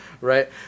right